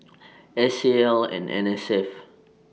S A L and N S F